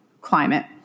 climate